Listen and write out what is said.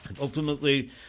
Ultimately